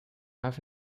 have